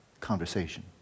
conversation